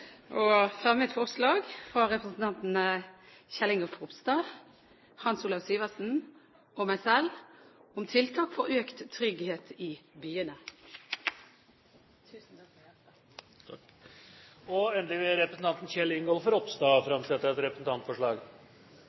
å fremme et forslag fra representantene Kjell Ingolf Ropstad, Hans Olav Syversen og meg selv om tiltak for økt trygghet i byene. Representanten Kjell Ingolf Ropstad vil framsette et representantforslag.